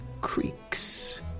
creaks